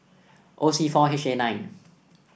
O C four H A nine